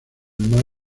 mar